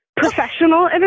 professional